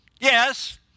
Yes